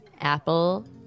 apple